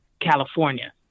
California